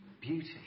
beauty